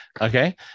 Okay